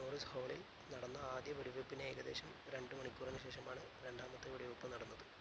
Norris ഹാളിൽ നടന്ന ആദ്യ വെടിവെപ്പിന് ഏകദേശം രണ്ട് മണിക്കൂറിന് ശേഷമാണ് രണ്ടാമത്തെ വെടിവെപ്പ് നടന്നത്